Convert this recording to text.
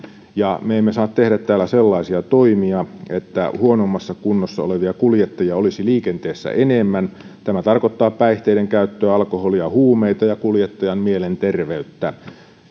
ja me emme saa tehdä täällä sellaisia toimia että huonommassa kunnossa olevia kuljettajia olisi liikenteessä enemmän tämä tarkoittaa päihteidenkäyttöä alkoholia ja huumeita ja kuljettajan mielenterveyttä